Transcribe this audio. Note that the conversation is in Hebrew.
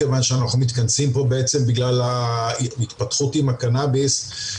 אנחנו מתכנסים פה בגלל ההתפתחות עם הקנאביס.